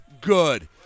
good